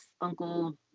uncle